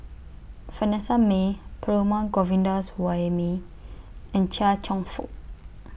Vanessa Mae Perumal Govindaswamy and Chia Cheong Fook